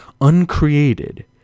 uncreated